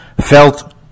felt